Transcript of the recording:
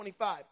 25